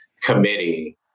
committee